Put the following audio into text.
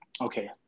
Okay